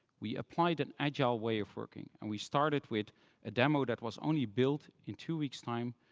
we applied an agile way of working. and we started with a demo that was only built in two weeks' time,